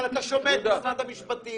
אבל אתה שומע את משרד המשפטים.